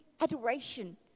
adoration